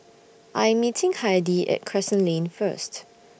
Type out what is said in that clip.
I Am meeting Heidi At Crescent Lane First